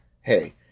hey